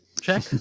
check